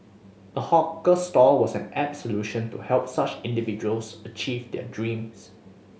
a hawker stall was an apt solution to help such individuals achieve their dreams